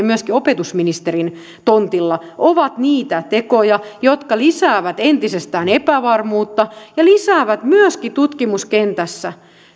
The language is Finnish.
myöskin opetusministerin tontilla ovat niitä tekoja jotka lisäävät entisestään epävarmuutta ja lisäävät myöskin tutkimuskentässä